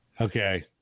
Okay